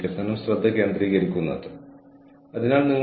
ഇത് പ്രഭാഷണത്തിന്റെ recording processing ആണ്